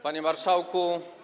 Panie Marszałku!